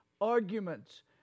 arguments